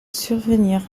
survenir